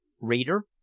reader